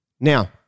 Now